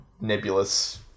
nebulous